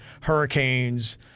hurricanes